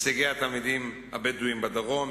הישגי התלמידים הבדואים בדרום,